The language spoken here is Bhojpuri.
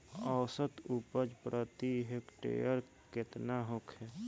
औसत उपज प्रति हेक्टेयर केतना होखे?